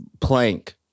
plank